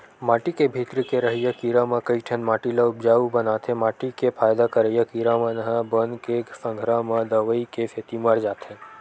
माटी के भीतरी के रहइया कीरा म कइठन माटी ल उपजउ बनाथे माटी के फायदा करइया कीरा मन ह बन के संघरा म दवई के सेती मर जाथे